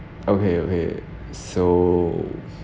okay okay so